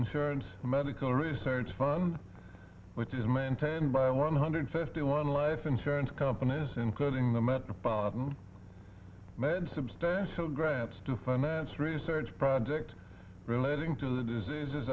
insurance medical research fund which is maintained by one hundred fifty one life insurance companies including the metropolitan made substantial grants to finance research project relating to the diseases